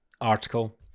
article